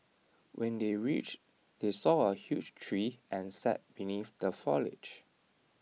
when they reached they saw A huge tree and sat beneath the foliage